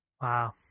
Wow